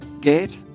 gate